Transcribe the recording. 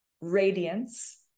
radiance